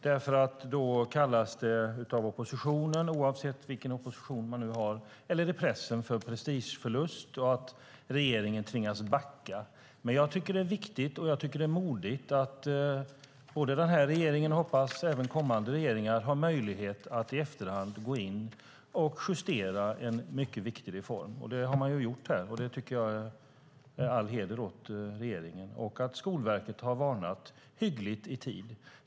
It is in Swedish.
Då kallas det nämligen av pressen och oppositionen - oavsett vilken opposition det nu är - för prestigeförlust och att regeringen tvingas backa. Jag tycker dock att det är viktigt och modigt att såväl denna regering som, hoppas jag, kommande regeringar har möjlighet att i efterhand gå in och justera en mycket viktig reform. Det har man gjort här, och det tycker jag ger all heder åt regeringen. Skolverket har också varnat hyggligt i tid.